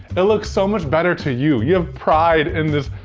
it looks so much better to you. you have pride in this.